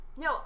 no